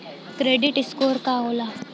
Credit score का होला?